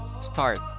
start